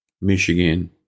Michigan